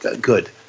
good